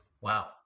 wow